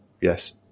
yes